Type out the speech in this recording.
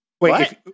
wait